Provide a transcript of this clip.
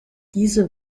diese